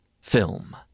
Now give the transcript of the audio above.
film